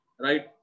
Right